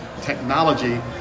technology